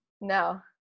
No